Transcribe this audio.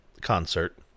concert